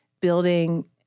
building